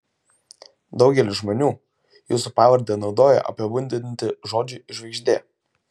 daugelis žmonių jūsų pavardę naudoja apibūdinti žodžiui žvaigždė